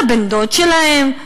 לבן-דוד שלהם.